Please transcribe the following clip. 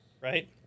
right